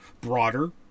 broader